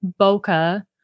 bokeh